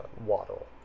waddle